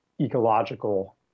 ecological